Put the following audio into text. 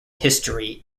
history